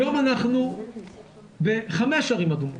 היום אנחנו בחמש ערים אדומות.